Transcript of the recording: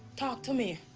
talk to me.